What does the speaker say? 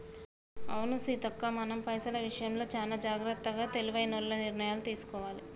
అవును సీతక్క మనం పైసల విషయంలో చానా జాగ్రత్తగా తెలివైనోల్లగ నిర్ణయాలు తీసుకోవాలి